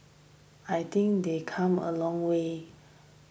I think they come a long way